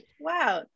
wow